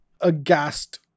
aghast